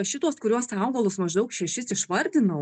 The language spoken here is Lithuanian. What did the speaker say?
šituos kuriuos augalus maždaug šešis išvardinau